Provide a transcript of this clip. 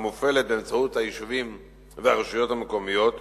מופעלת באמצעות היישובים והרשויות המקומיות.